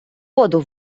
воду